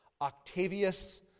Octavius